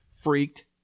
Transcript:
freaked